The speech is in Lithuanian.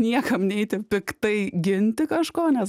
niekam neiti piktai ginti kažko nes